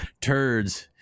Turds